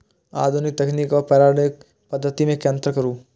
आधुनिक तकनीक आर पौराणिक पद्धति में अंतर करू?